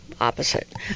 opposite